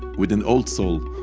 with an old soul.